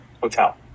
Hotel